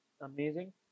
amazing